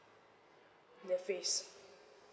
they face